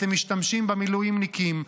אתם משתמשים במילואימניקים,